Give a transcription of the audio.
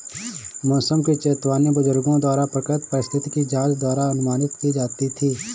मौसम की चेतावनी बुजुर्गों द्वारा प्राकृतिक परिस्थिति की जांच द्वारा अनुमानित की जाती थी